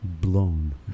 blown